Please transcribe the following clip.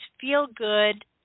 feel-good